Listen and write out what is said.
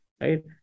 right